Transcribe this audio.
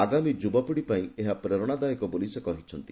ଆଗାମୀ ଯୁବପିଢି ପାଇଁ ଏହା ପ୍ରେରଣାଦାୟକ ବୋଲି ସେ କହିଛନ୍ତି